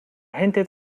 hinted